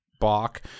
Bach